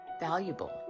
valuable